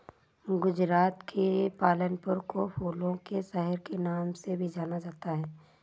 गुजरात के पालनपुर को फूलों के शहर के नाम से भी जाना जाता है